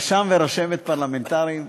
ורשמת פרלמנטריים,